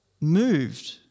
moved